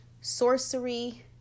sorcery